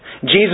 Jesus